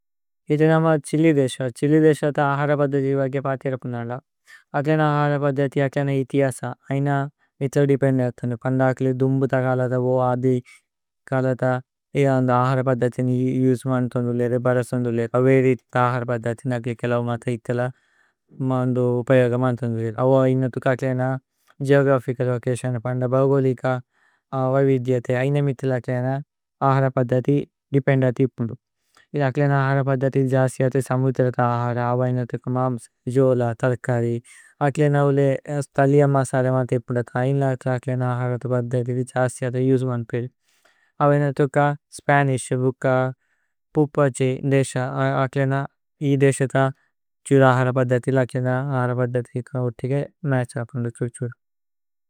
ഇത നമ ഛ്ഹില്ലി ദേശ ഛ്ഹില്ലി ദേശ ത അഹര। പദ്ധതി വഗേ പതേര പുനദ അക്ലേന അഹര। പദ്ധതി അക്ലേന ഇതിഅസ ഐന മിത്ല ദേപേന്ദതി। പന്ദകിലി ദുമ്ബുത കലത അദി കലത ഏഓന്ദ। അഹര പദ്ധതി നി യുജ്മന്തോന്ദുലേര ബരസോന്ദുലേര। അവേ രിതിത അഹര പദ്ധതി ന ക്ലിക ലൌമത। ഇതേല മന്ദു ഉപയഗമന്തോന്ദുലേര അവ ഇനതുക। അക്ലേന ഗേഓഗ്രഫിച ലോചതിഓന പന്ദ ബഘോലിക। വ വിദ്യതേ ഐന മിത്ല അക്ലേന അഹര പദ്ധതി। ദേപേന്ദതി പുനദ അക്ലേന അഹര പദ്ധതി നി। ജസ്തിയതേ സമുദ്രത അഹര അവ ഇനതുക മാമ്സ്। ജോല, തര്കരി അക്ലേന ഉലേ തലിഅ മസല വനതേ। പുനദ ഐന അക്ലേന അഹര പദ്ധതി നി ജസ്തിയതേ। യുജ്മന്തുന്ദുലേര അവ ഇനതുക സ്പനിശ് ബുക। പുപഛേ ദേശ അക്ലേന ഇ ദേശ ത ഛുര അഹര। പദ്ധതി ല അക്ലേന അഹര പദ്ധതി ഇത ഉതികേ। മത്ഛ് ഉപോന്ദു ഛുരു ഛുരു।